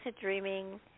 dreaming